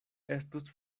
estus